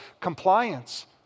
compliance